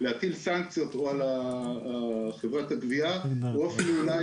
להטיל סנקציות או על חברת הגבייה או אולי